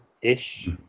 Ish